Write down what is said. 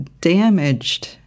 damaged